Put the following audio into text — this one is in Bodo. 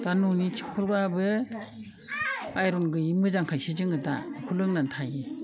दा न'नि थिफखलब्लाबो आइयन गैयि मोजांखायसो जोङो दा बेखौ लोंनानै थायो